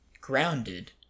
grounded